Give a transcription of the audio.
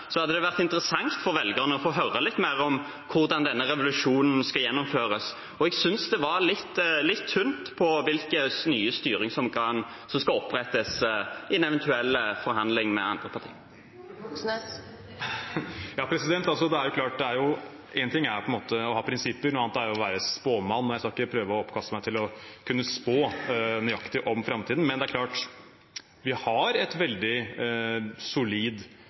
hadde det vært interessant for velgerne å få høre litt mer om hvordan denne revolusjonen skal gjennomføres. Jeg synes det var litt tynt på hvilke nye styringsorgan som skal opprettes i en eventuell forhandling med andre partier. Det er klart at det er på en måte én ting å ha prinsipper, noe annet er å være spåmann. Jeg skal ikke prøve å oppkaste meg til å kunne spå nøyaktig om framtiden, men det er klart at vi har et veldig solid